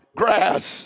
grass